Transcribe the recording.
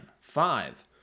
Five